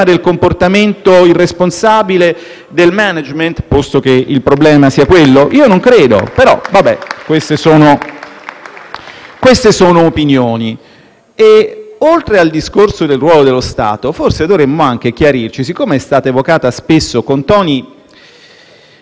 del comportamento irresponsabile del *management*, posto che il problema sia quello? Io non credo, ma queste sono opinioni. Oltre al discorso sul ruolo dello Stato, dovremmo forse chiarirci. È stata spesso evocata - con toni,